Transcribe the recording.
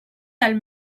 del